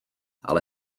ale